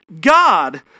God